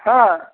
হ্যাঁ